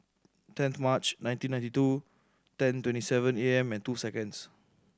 tenth March nineteen ninety two ten twenty seven A M and two seconds